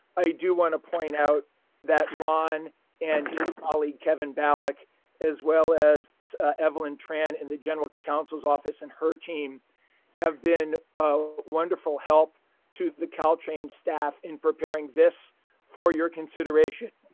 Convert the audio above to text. i do want to point out that ron and his colleague, kevin like as well as evelyn tran and the general counsel's office and her team have been a wonderful help to the caltrain staff in preparing this for your consideration.